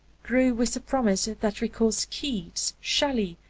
grew with a promise that recalls keats, shelley,